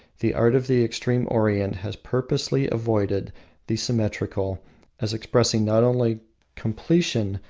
the art of the extreme orient has purposefully avoided the symmetrical as expressing not only completion,